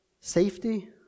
Safety